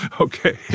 okay